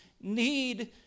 need